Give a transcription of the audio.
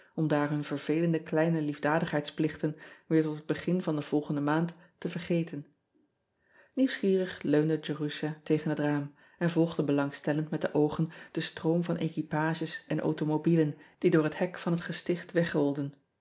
om daar hun vervelende kleine liefdadigheidsplichten weer tot het begin van de volgende maand te vergeten ieuwsgierig leunde erusha tegen het raam en volgde belangstellend met de oogen den stroom van equipages en automobielen die door het hek van het gesticht wegrolden